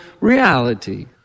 reality